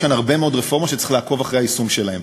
יש כאן הרבה מאוד רפורמות שצריך לעקוב אחרי היישום שלהן,